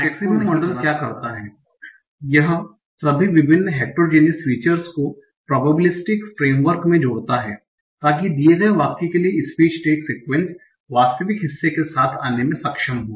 maximum model क्या करता है यह सभी विभिन्न हेट्रोजीनियस फीचर्स को प्रोबेबिलिस्टिक फ्रेमवर्क में जोड़ता है ताकि दिए गए वाक्य के लिए स्पीच टैग सीक्वन्स वास्तविक हिस्से के साथ आने में सक्षम हो